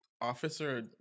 officer